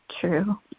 true